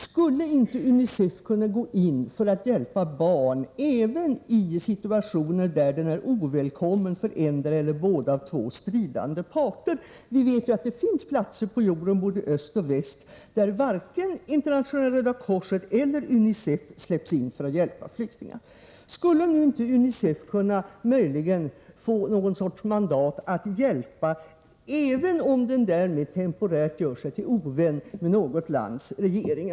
Skulle inte UNICEF kunna gå in för att hjälpa barn, även i en situation där organisationen är ovälkommen för endera av två stridande parter, eller båda? Vi vet ju att det finns platser på jorden, både i öst och i väst, där varken Internationella röda korset eller UNICEF släpps in för att hjälpa flyktingar. Skulle inte UNICEF möjligen kunna få någon sorts mandat att hjälpa, även om organisationen därmed temporärt gör sig till ovän med något lands regering?